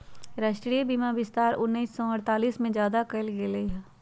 राष्ट्रीय बीमा विस्तार उन्नीस सौ अडतालीस में ज्यादा कइल गई लय